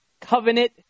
Covenant